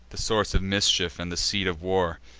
the source of mischief, and the seat of war.